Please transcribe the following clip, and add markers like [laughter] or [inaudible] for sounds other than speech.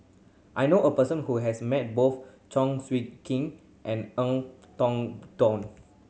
I know a person who has met both Chong [unintelligible] King and [unintelligible] Tong [unintelligible]